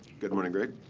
good morning, greg.